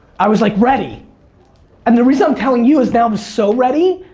i was like ready and the reason i'm telling you is now i'm so ready.